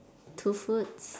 to foods